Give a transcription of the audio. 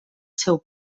seu